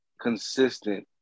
consistent